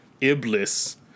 Iblis